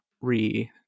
re